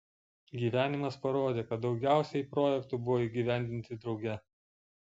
gyvenimas parodė kad daugiausiai projektų buvo įgyvendinti drauge